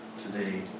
today